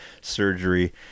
surgery